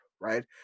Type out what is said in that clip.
right